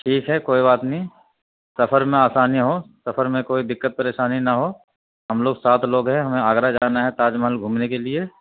ٹھیک ہے کوئی بات نہیں سفر میں آسانی ہو سفر میں کوئی دقت پریشانی نہ ہو ہم لوگ سات لوگ ہیں ہمیں آگرہ جانا ہے تاج محل گُھومنے کے لیے